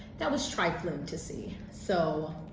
that was trifling to see. so,